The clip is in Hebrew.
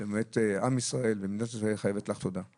עם ישראל ומדינת ישראל חייבת לך תודה.